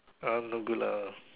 !huh! no good lah